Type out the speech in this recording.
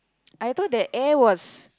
I thought that air was